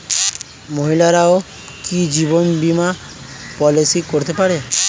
মহিলারাও কি জীবন বীমা পলিসি করতে পারে?